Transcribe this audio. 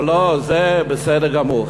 אבל לא, זה בסדר גמור.